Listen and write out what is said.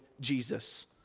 Jesus